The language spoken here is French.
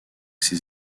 ses